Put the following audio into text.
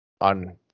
on